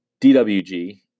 DWG